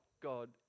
God